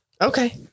Okay